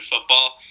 football